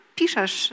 piszesz